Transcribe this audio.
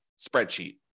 spreadsheet